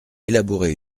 élaboré